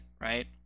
right